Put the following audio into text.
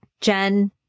Jen